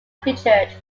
featured